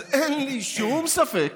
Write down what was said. אז אין לי שום ספק